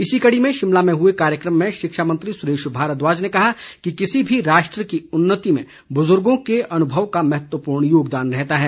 इसी कड़ी में शिमला में हुए कार्यक्रम में शिक्षा मंत्री सुरेश भारद्वाज ने कहा कि किसी भी राष्ट्र की उन्नति में बुजुर्गो के अनुभव का महत्वपूर्ण योगदान रहता है